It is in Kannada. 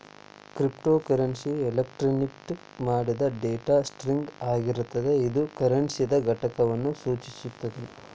ಕ್ರಿಪ್ಟೋಕರೆನ್ಸಿ ಎನ್ಕ್ರಿಪ್ಟ್ ಮಾಡಿದ್ ಡೇಟಾ ಸ್ಟ್ರಿಂಗ್ ಆಗಿರ್ತದ ಇದು ಕರೆನ್ಸಿದ್ ಘಟಕವನ್ನು ಸೂಚಿಸುತ್ತದೆ